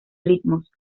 ritmos